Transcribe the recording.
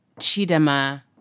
Chidema